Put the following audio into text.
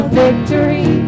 victory